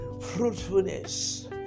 fruitfulness